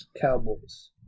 Cowboys